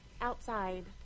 Outside